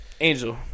Angel